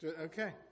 Okay